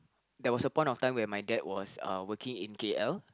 there was a point of time when my dad was uh working in K_L